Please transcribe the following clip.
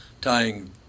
Tying